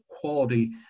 quality